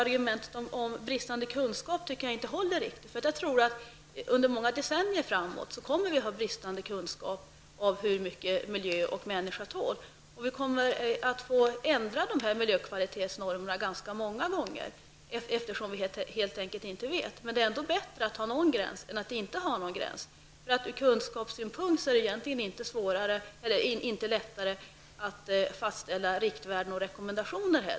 Argumentet om bristande kunskap tycker jag inte riktigt håller. Jag tror nämligen att vi under många decennier framåt kommer att ha bristande kunskaper om hur mycket miljön och människorna tål, och vi kommer att få ändra dessa miljökvalitetsnormer ganska många gånger, eftersom vi helt enkelt inte vet. Men det är ändå bättre att ha någon gräns än att inte ha någon alls. Ur kunskapssynpunkt är det egentligen inte lättare att fastställa riktvärden och rekommendationer.